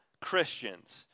Christians